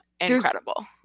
incredible